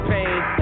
Pain